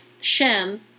Shem